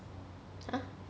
!huh!